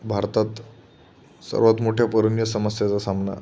भारतात सर्वात मोठ्या पर्यावरणीय समस्यांचा सामना